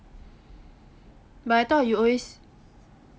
but I thought you always